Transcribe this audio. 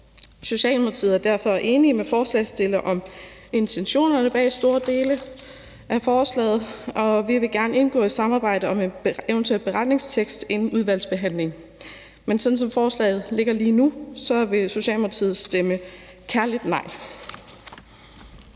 Socialdemokratiet er derfor enige med forslagsstillerne i intentionerne i store dele af forslaget, og vi vil gerne indgå i et samarbejde om en eventuel beretningstekst inden udvalgsbehandlingen. Men sådan som forslaget ligger lige nu, vil Socialdemokratiet stemme kærligt nej.